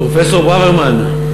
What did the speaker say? פרופסור ברוורמן,